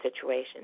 situations